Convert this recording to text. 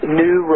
new